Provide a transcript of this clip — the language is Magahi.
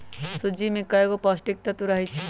सूज्ज़ी में कएगो पौष्टिक तत्त्व रहै छइ